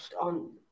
on